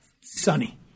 Sunny